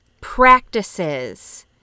practices